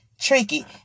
tricky